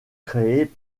créées